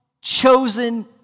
chosen